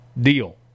deal